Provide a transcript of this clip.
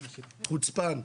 חוצפן.